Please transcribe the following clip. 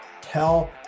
tell